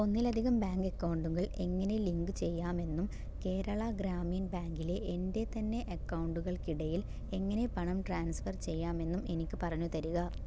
ഒന്നിലധികം ബാങ്ക് അക്കൗണ്ടുകൾ എങ്ങനെ ലിങ്ക് ചെയ്യാമെന്നും കേരള ഗ്രാമീൺ ബാങ്കിലെ എൻ്റെ തന്നെ അക്കൗണ്ടുകൾക്കിടയിൽ എങ്ങനെ പണം ട്രാൻസ്ഫർ ചെയ്യാമെന്നും എനിക്ക് പറഞ്ഞു തരുക